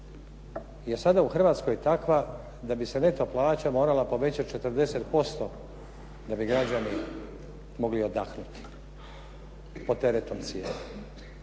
je sada u Hrvatskoj takva da bi se neto plaća morala povećati 40% da bi građani mogli odahnuti pod teretom cijena.